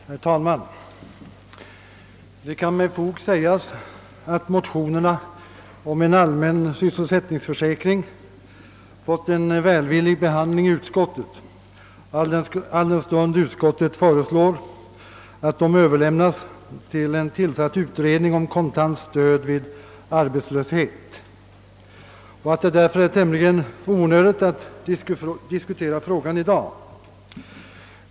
Herr talman! Det kan med fog sägas att motionerna om en allmän sysselsättningsförsäkring fått en välvillig behandling i utskottet, alldenstund utskottet föreslår att motionerna överlämnas till den tillsatta utredningen om kontant stöd vid arbetslöshet. Det är därför tämligen onödigt att gå närmare in på frågan i dag.